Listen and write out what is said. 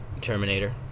Terminator